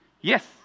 Yes